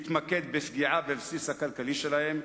להתמקד בפגיעה בבסיס הכלכלי שלהם,